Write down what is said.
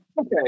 Okay